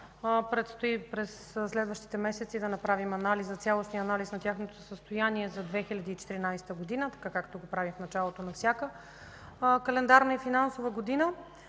Предстои през следващите месеци да направим цялостен анализ на тяхното състояние за 2014 г., както го правим в началото на всяка календарна и финансова година.